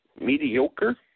mediocre